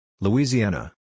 Louisiana